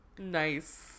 Nice